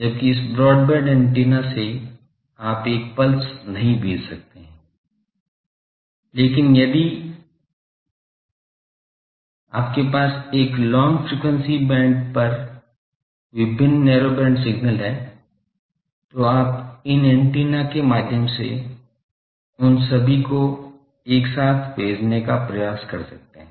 जबकि इस broadband antenna से आप एक पल्स नहीं भेज सकते हैं लेकिन यदि आपके पास एक लॉन्ग फ्रीक्वेंसी बैंड पर विभिन्न नैरो बैंड सिग्नल हैं तो आप इन एंटीना के माध्यम से उन सभी को एक साथ भेजने का प्रयास कर सकते हैं